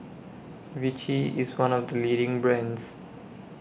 Vichy IS one of The leading brands